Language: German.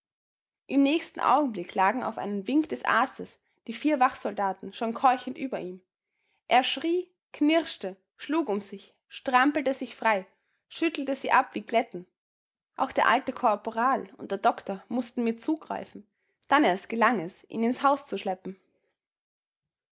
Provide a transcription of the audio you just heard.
im nächsten augenblick lagen auf einen wink des arztes die vier wachsoldaten schon keuchend über ihm er schrie knirschte schlug um sich strampelte sich frei schüttelte sie ab wie kletten auch der alte korporal und der doktor mußten mit zugreifen dann erst gelang es ihn ins haus zu schleppen